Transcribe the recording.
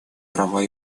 права